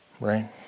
Right